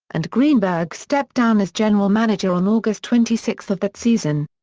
and greenberg stepped down as general manager on august twenty six of that season.